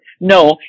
No